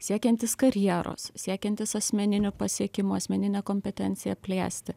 siekiantis karjeros siekiantis asmeninių pasiekimų asmeninę kompetenciją plėsti